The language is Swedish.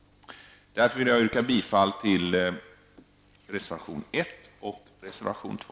Därför yrkar jag bifall till reservationerna 1 och 2.